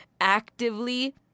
actively